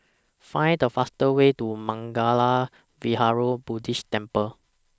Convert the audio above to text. Find The fastest Way to Mangala Vihara Buddhist Temple